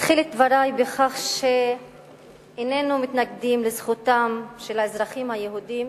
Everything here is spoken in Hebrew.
אתחיל את דברי בכך שאיננו מתנגדים לזכותם של האזרחים היהודים